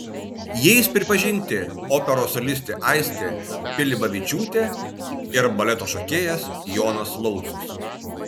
jais pripažinti operos solistė aistė pilibavičiūtė ir baleto šokėjas jonas laucius